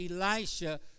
Elisha